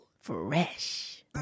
Fresh